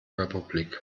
republik